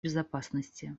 безопасности